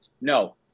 No